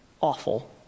awful